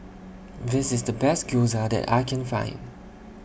This IS The Best Gyoza that I Can Find